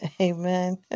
Amen